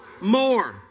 More